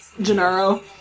Gennaro